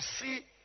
see